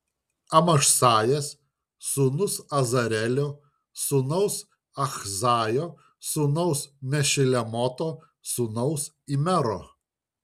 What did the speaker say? amašsajas sūnus azarelio sūnaus achzajo sūnaus mešilemoto sūnaus imero